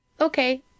okay